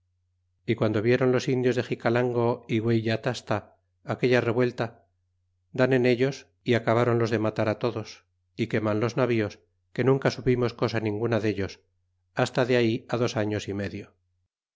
y quando vieron los indios de xicalango é gueyatasta aquella revuelta dan en ellos y acabronlos de matar todos é queman los navíos que nunca supimos cosa ninguna dellos hasta de ahí dos años y medio